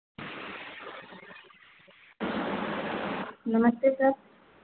नमस्ते सर